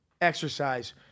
Exercise